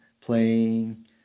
playing